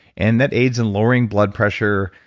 and that aids in lowering blood pressure,